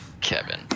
Kevin